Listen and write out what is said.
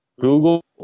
google